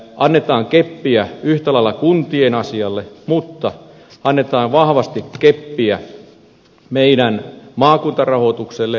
annetaan keppiä yhtä lailla kuntien asialle mutta annetaan vahvasti keppiä meidän maakuntarahoitukselle elinkeinorahoitukselle